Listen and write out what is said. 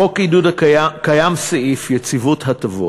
בחוק העידוד קיים סעיף יציבות הטבות,